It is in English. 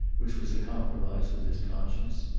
which was a compromise with his conscience,